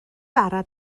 bara